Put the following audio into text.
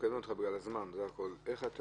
איך אתה